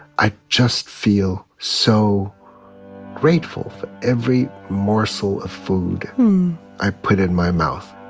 i just feel so grateful for every morsel of food i put in my mouth